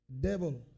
Devil